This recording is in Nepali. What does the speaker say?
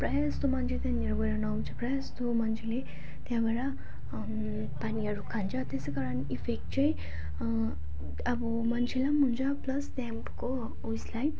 प्राय जस्तो मान्छे त्यहाँनिर गएर नुहाउँछ प्राय जस्तो मान्छेले त्यहाँबाट पानीहरू खान्छ त्यसै कारण इफेक्ट चाहिँ अब मान्छेलाई पनि हुन्छ प्लस त्यहाँको उयसलाई